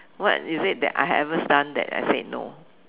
what you said that I haven't done that I said no